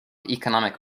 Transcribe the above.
economic